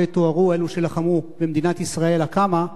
לא יתוארו כך אלה שלחמו במדינת ישראל הקמה,